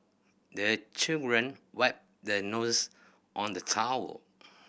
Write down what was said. the children wipe their nose on the towel